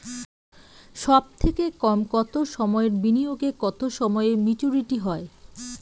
সবথেকে কম কতো সময়ের বিনিয়োগে কতো সময়ে মেচুরিটি হয়?